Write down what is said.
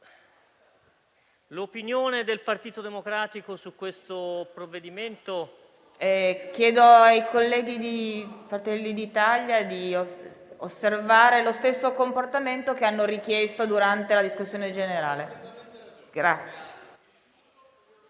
l'opinione del Partito Democratico su questo provvedimento... *(Brusio)*. PRESIDENTE. Chiedo ai colleghi di Fratelli d'Italia di osservare lo stesso comportamento che hanno richiesto durante la discussione generale. PARRINI